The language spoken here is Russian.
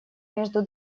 между